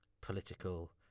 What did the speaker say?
political